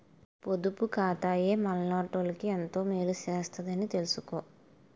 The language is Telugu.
పొదుపు ఖాతాయే మనలాటోళ్ళకి ఎంతో మేలు సేత్తదని తెలిసుకో